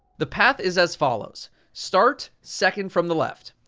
the path is as follows start second from the left,